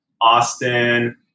Austin